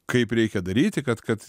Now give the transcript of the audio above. kaip reikia daryti kad kad